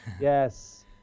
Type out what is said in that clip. yes